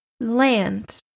land